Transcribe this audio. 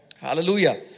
Hallelujah